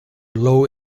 low